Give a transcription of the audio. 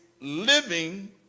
living